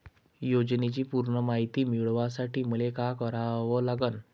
योजनेची पूर्ण मायती मिळवासाठी मले का करावं लागन?